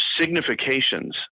significations